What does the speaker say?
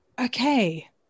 okay